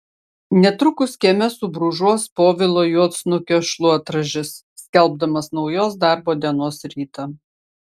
netrukus kieme subrūžuos povilo juodsnukio šluotražis skelbdamas naujos darbo dienos rytą